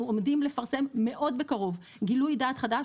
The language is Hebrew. עומדים לפרסם מאוד בקרוב גילוי דעת חדש,